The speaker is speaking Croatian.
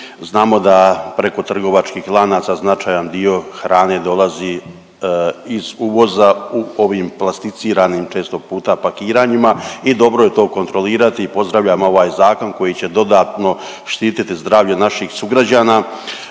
Znamo da preko trgovačkih lanaca značajan dio hrane dolazi iz uvoza u ovim plastificiranim često puta pakiranjima i dobro je to kontrolirati i pozdravljam ovaj zakon koji će dodatno štititi zdravlje naših sugrađana.